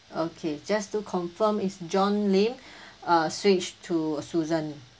okay just to confirm it's john Lim uh switch to susan